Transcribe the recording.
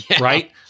right